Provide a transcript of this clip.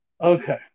Okay